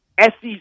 SEC